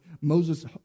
Moses